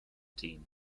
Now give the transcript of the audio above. team